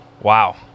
wow